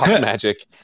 magic